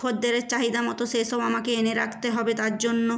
খদ্দেরের চাহিদা মতো সেসব আমাকে এনে রাখতে হবে তার জন্য